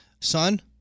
son